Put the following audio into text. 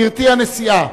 גברתי הנשיאה,